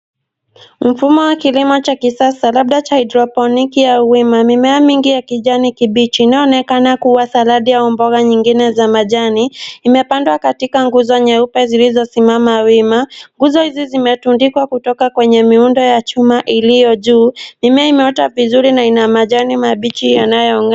Mfumo wa kilimo cha kisasa labda haidroponiki au wima. Mimea mingi ya kijani kibichi inayoonekana kuwa saladi au mboga nyingine za majani. Zimepandwa katika nguzo nyeupe zilizosimama wima. Nguzo hizo zimetundikwa kutoka kwenye miundo ya chuma iliyojuu. Mimea imeota vizuri na ina majani mabichi yanayong'aa.